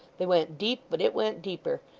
they went deep, but it went deeper.